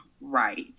right